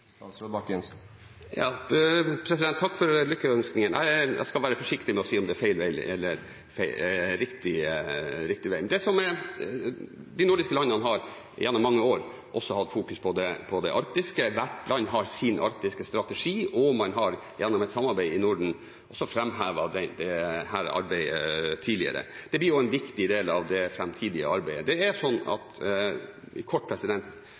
Takk for lykkønskningen! Jeg skal være forsiktig med å si om det er feil vei eller riktig vei. De nordiske landene har gjennom mange år fokusert på det arktiske. Hvert land har sin arktiske strategi. Man har gjennom et samarbeid i Norden også framhevet dette arbeidet tidligere, og det blir en viktig del av det framtidige arbeidet. Kort: Jeg tenker at når man skal møte f.eks. EU for å fremme sine interesser, er